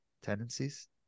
tendencies